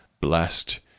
blessed